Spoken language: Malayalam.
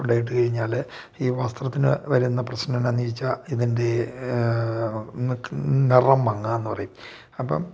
കൊണ്ടു പോയിട്ട് കഴിഞ്ഞാൽ ഈ വസ്ത്രത്തിന് വരുന്ന പ്രശ്നമെന്ന് വച്ചാൽ ഇതിൻ്റെ നിറം മങ്ങലെന്ന് പറയും അപ്പം